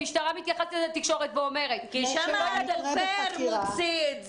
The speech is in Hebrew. המשטרה מתייחסת לתקשורת ואומרת --- כי שם הדובר מוציא את זה.